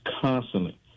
constantly